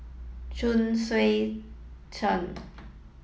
Chuang Hui Tsuan